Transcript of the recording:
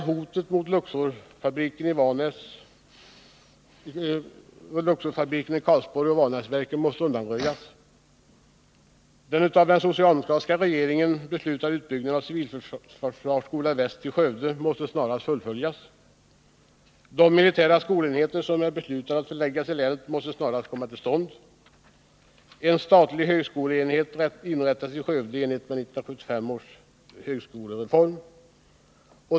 Hotet mot Luxorfabriken och Vanäsverken i Karlsborg måste undanröjas. Den av den socialdemokratiska regeringen beslutade utbyggnaden av Civilförsvarsskola Väst i Skövde måste snarast fullföljas. De militära skolenheter som är beslutade att förläggas till länet måste snarast komma till stånd. En statlig högskoleenhet måste inrättas i Skövde i enlighet med 1975 års högskolereform.